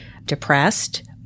Depressed